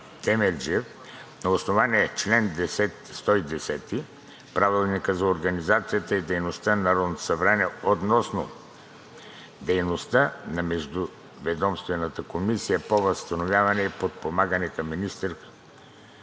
на основание чл. 110 от Правилника за организацията и дейността на Народното събрание относно дейността на Междуведомствената комисия по възстановяване и подпомагане към Министерския